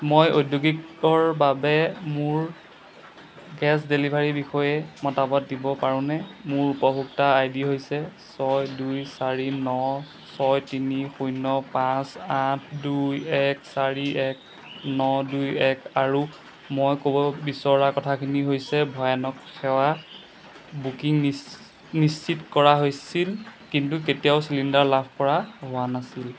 মই ঔদ্যোগিকৰ বাবে মোৰ গেছ ডেলিভাৰীৰ বিষয়ে মতামত দিব পাৰোঁনে মোৰ উপভোক্তা আইডি হৈছে ছয় দুই চাৰি ন ছয় তিনি শূন্য পাঁচ আঠ দুই এক চাৰি এক ন দুই এক আৰু মই ক'ব বিচৰা কথাখিনি হৈছে ভয়ানক সেৱা বুকিং নিশ্চিত কৰা হৈছিল কিন্তু কেতিয়াও চিলিণ্ডাৰ লাভ কৰা হোৱা নাছিল